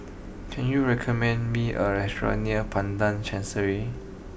can you recommend me a restaurant near Padang Chancery